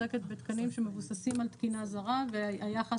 עוסקת בתקנים שמבוססים על תקינה זרה והיחס